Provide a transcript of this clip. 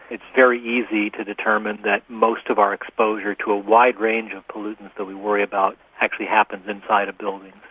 it's very easy to determine that most of our exposure to a wide range of pollutants that we worry about actually happens inside a building.